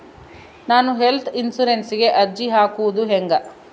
ನಾನು ಹೆಲ್ತ್ ಇನ್ಸುರೆನ್ಸಿಗೆ ಅರ್ಜಿ ಹಾಕದು ಹೆಂಗ?